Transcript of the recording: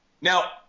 Now